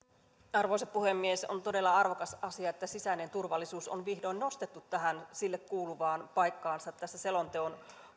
arvoisa puhemies on todella arvokas asia että sisäinen turvallisuus on vihdoin nostettu sille kuuluvaan paikkaansa tämän selonteon